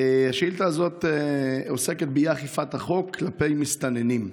השאילתה הזאת עוסקת באי-אכיפת החוק כלפי מסתננים.